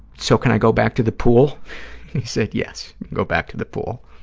so can i go back to the pool? and he said, yes, go back to the pool.